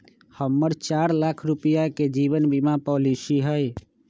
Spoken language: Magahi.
हम्मर चार लाख रुपीया के जीवन बीमा पॉलिसी हई